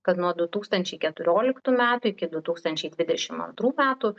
kad nuo du tūkstančiai keturioliktų metų iki du tūkstančiai dvidešim antrų metų